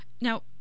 Now